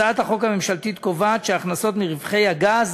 הצעת החוק הממשלתית קובעת שההכנסות מרווחי הגז